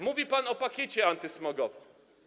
Mówi pan o pakiecie antysmogowym.